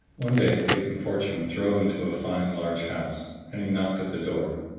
one day fate and fortune drove him to a fine large house, and he knocked at the door,